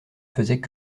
faisaient